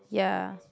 ya